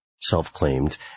self-claimed